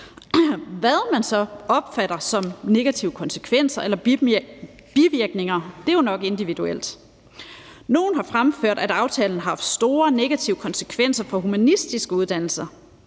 Hvad man så opfatter som negative konsekvenser eller bivirkninger, er jo nok individuelt. Nogle har fremført, at aftalen har haft store negative konsekvenser for humanistiske uddannelser.